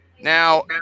Now